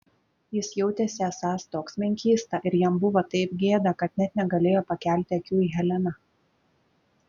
jis jautėsi esąs toks menkysta ir jam buvo taip gėda kad net negalėjo pakelti akių į heleną